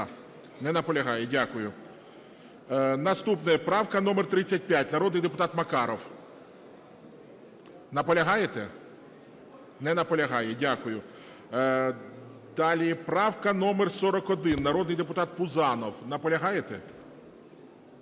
не наполягає. Дякую. Наступна. Правка номер 35. Народний депутат Макаров. Наполягаєте? Не наполягає. Дякую. Далі правка номер 41, народний депутат Пузанов. Наполягаєте?